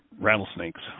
rattlesnakes